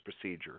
procedure